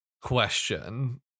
Question